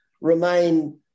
remain